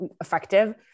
effective